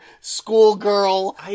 schoolgirl